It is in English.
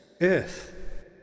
earth